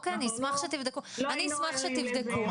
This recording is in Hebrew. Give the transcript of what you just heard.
לא היינו ערים לזה.